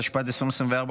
התשפ"ד 2024,